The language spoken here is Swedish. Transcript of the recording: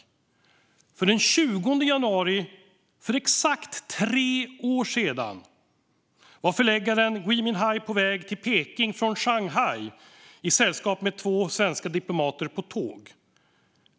Det var nämligen den 20 januari för exakt tre år sedan som förläggaren Gui Minhai var på väg med tåg till Peking från Shanghai i sällskap med två svenska diplomater.